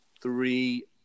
Three